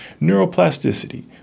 neuroplasticity